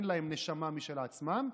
אין להם נשמה משל עצמם.